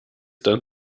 dann